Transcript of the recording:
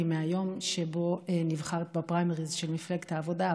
מהיום שבו נבחרת בפריימריז של מפלגת העבודה,